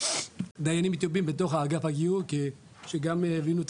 דיינים טובים בתוך אגף הגיור שגם יבינו את